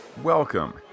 Welcome